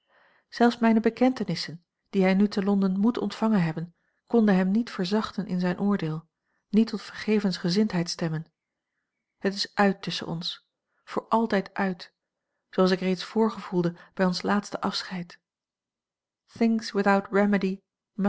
zelfs mijne bekentenissen die hij nu te londen moet ontvangen hebben konden hem niet vera l g bosboom-toussaint langs een omweg zachten in zijn oordeel niet tot vergevensgezindheid stemmen het is uit tusschen ons voor altijd uit zooals ik reeds vrgevoelde bij ons laatste afscheid